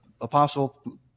apostle